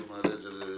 אני מעלה את זה להצבעה,